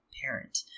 parent